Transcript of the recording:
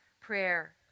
prayer